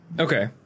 Okay